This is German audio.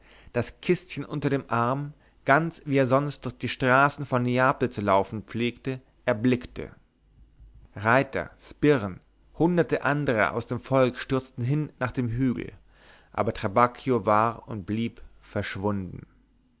das kistchen unter dem arm ganz wie er sonst durch die straßen von neapel zu laufen pflegte erblickte reiter sbirren hundert andere aus dem volk stürzten hin nach dem hügel aber trabacchio war und blieb verschwunden